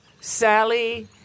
Sally